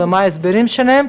ומה ההסברים שלהם,